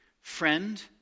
Friend